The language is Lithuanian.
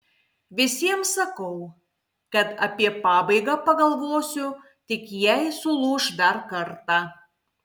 visiems sakau kad apie pabaigą pagalvosiu tik jei sulūš dar kartą